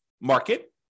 market